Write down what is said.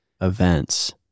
events